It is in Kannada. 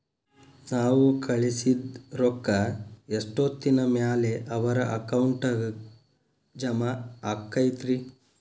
ನಾವು ಕಳಿಸಿದ್ ರೊಕ್ಕ ಎಷ್ಟೋತ್ತಿನ ಮ್ಯಾಲೆ ಅವರ ಅಕೌಂಟಗ್ ಜಮಾ ಆಕ್ಕೈತ್ರಿ?